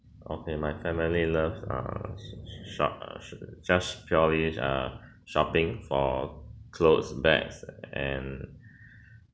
okay my family loves uh shop~ ah just purely err shopping for clothes bags and